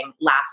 last